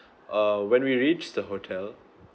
uh when we reached the hotel